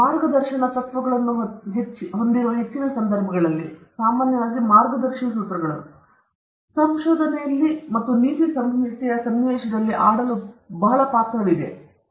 ಮಾರ್ಗದರ್ಶನ ತತ್ವಗಳನ್ನು ಹೊಂದಿರುವ ಹೆಚ್ಚಿನ ಸಂದರ್ಭಗಳಲ್ಲಿ ಸಾಮಾನ್ಯ ಮಾರ್ಗದರ್ಶಿ ಸೂತ್ರಗಳು ಸಂಶೋಧನೆಯಲ್ಲಿ ಮತ್ತು ನೀತಿಸಂಹಿತೆಯಲ್ಲಿ ಸನ್ನಿವೇಶದಲ್ಲಿ ಆಡಲು ಬಹಳ ಪಾತ್ರವಿದೆ ಎಂದು ನಾವು ನೋಡಬಹುದು